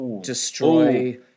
destroy